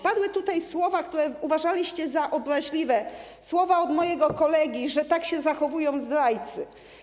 Padły tutaj słowa, które uważaliście za obraźliwe, słowa mojego kolegi, że tak się zachowują zdrajcy.